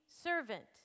servant